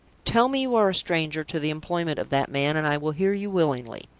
tell me you are a stranger to the employment of that man, and i will hear you willingly.